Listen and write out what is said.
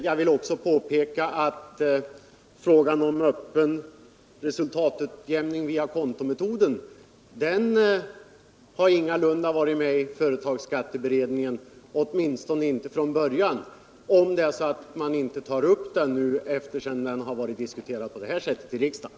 Jag vill också påpeka att frågan om öppen resultatutjämning via kontometoden ingalunda har varit med i företagsskatteberedningens uppdrag, åtminstone inte från början. Det är möjligt att man tar upp den nu efter det att den diskuterats på detta sätt i riksdagen.